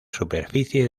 superficie